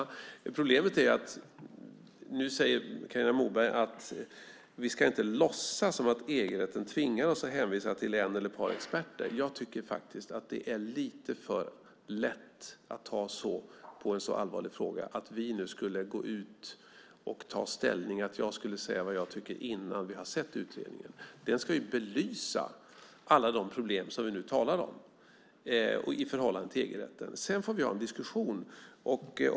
Carina Moberg säger att vi inte ska låtsas som att EG-rätten tvingar oss att hänvisa till en eller ett par experter. Jag tycker faktiskt att det är att ta lite för lätt på en så allvarlig fråga att vi nu skulle gå ut och ta ställning, att jag skulle säga vad jag tycker innan vi har sett utredningen. Den ska ju belysa alla de problem som vi nu talar om i förhållande till EG-rätten. Sedan får vi ha en diskussion.